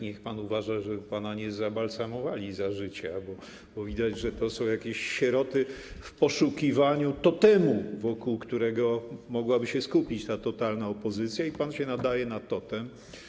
Niech pan uważa, żeby pana nie zabalsamowali za życia, bo widać, że to są jakieś sieroty w poszukiwaniu totemu, wokół którego mogłaby się skupić ta totalna opozycja, i pan się nadaje na totem.